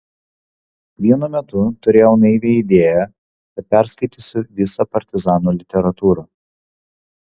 vienu metu turėjau naivią idėją kad perskaitysiu visą partizanų literatūrą